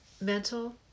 mental